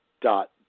dot